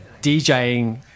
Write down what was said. DJing